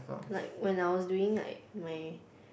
like when I was doing like my